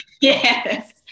Yes